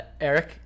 Eric